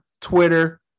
twitter